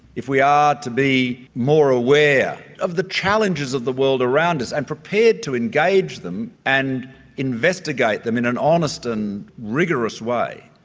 if we are to be more aware of the challenges of the world around us and prepared to engage them and investigate them in an honest and rigorous way,